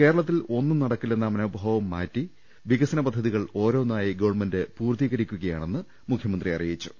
കേരളത്തിൽ ഒന്നും നടക്കി ല്ലെന്ന മനോഭാവം മാറ്റി വികസന പദ്ധതികൾ ഓരോന്നായി ഗവൺമെന്റ് പൂർത്തീകരിക്കുകയാണെന്ന് മുഖ്യമന്ത്രി അറിയിച്ചു